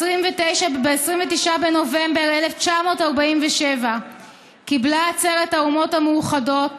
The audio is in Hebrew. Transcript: "ב-29 בנובמבר 1947 קיבלה עצרת האומות המאוחדות